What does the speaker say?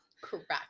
Correct